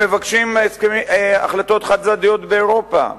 הם מבקשים החלטות חד-צדדיות באירופה,